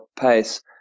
pace